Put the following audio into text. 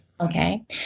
Okay